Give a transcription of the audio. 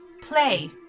Play